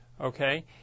okay